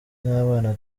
n’abana